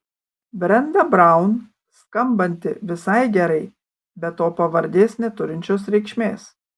brenda braun skambanti visai gerai be to pavardės neturinčios reikšmės